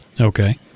Okay